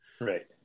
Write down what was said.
Right